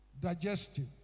digestive